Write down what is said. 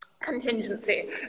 contingency